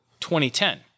2010